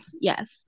Yes